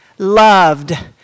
loved